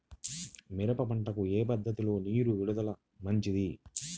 మిరప పంటకు ఏ పద్ధతిలో నీరు విడుదల మంచిది?